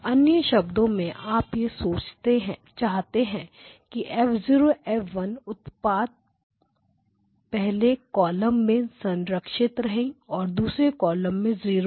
अन्य शब्दों में आप यह चाहते हैं F0 F1 उत्पात पहले कॉलम में संरक्षित रहे और दूसरे कॉलम में 0 हो